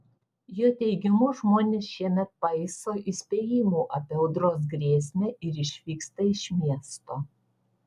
jo teigimu žmonės šiemet paiso įspėjimų apie audros grėsmę ir išvyksta iš miesto